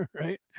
Right